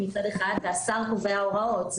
והשר קובע הוראות.